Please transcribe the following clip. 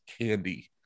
candy